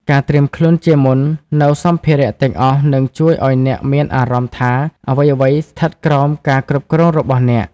ការត្រៀមខ្លួនជាមុននូវសម្ភារៈទាំងអស់នឹងជួយឱ្យអ្នកមានអារម្មណ៍ថាអ្វីៗស្ថិតក្រោមការគ្រប់គ្រងរបស់អ្នក។